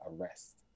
arrest